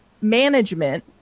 management